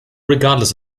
regardless